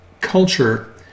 culture